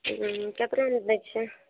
हूँ केकरो नहि दै छियै